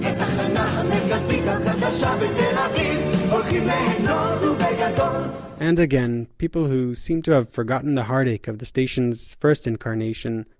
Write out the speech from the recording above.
um and again, people who seem to have forgotten the heartache of the station's first incarnation,